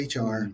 HR